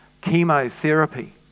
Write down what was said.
Chemotherapy